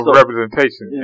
representation